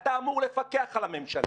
אתה אמור לפקח על הממשלה.